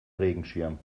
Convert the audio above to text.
regenschirm